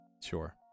Sure